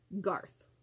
Garth